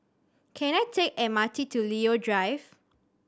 can I take the M R T to Leo Drive